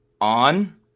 on